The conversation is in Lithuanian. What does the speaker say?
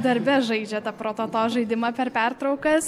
darbe žaidžia tą prototo žaidimą per pertraukas